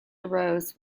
arose